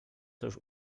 też